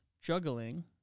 juggling